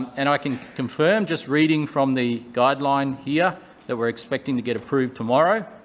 and i can confirm, just reading from the guideline here that we're expecting to get approved tomorrow,